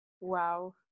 Wow